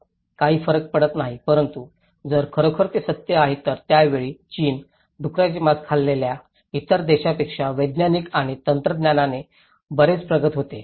काही फरक पडत नाही परंतु जर खरोखर ते सत्य आहे तर त्यावेळी चीन डुकराचे मांस खाल्लेल्या इतर देशांपेक्षा वैज्ञानिक आणि तंत्रज्ञानाने बरेच प्रगत होते